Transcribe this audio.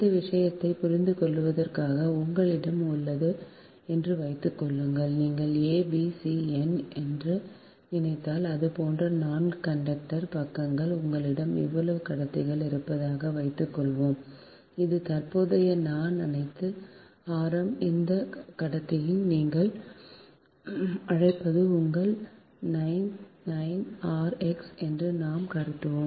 இந்த விஷயத்தைப் புரிந்துகொள்வதற்காக உங்களிடம் உள்ளது என்று வைத்துக்கொள்ளுங்கள் நீங்கள் a b c n என்று நினைத்தால் இது போன்ற நான்கு கண்டக்டர் பக்கங்கள் உங்களிடம் இவ்வளவு கடத்திகள் இருப்பதாக வைத்துக்கொள்வோம் இது தற்போதைய நான் அனைத்து ஆரம் இந்த கடத்தியின் நீங்கள் நீங்கள் அழைப்பது உங்கள் rx rx r x என்று நாம் கருதுகிறோம்